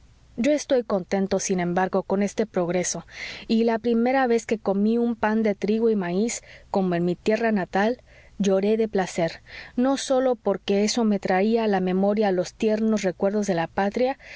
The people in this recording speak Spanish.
yo estoy contento sin embargo con este progreso y la primera vez que comí un pan de trigo y maíz como en mi tierra natal lloré de placer no sólo porque eso me traía a la memoria los tiernos recuerdos de la patria